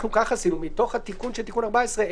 מתוך התיקון של תיקון 14,